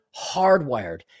hardwired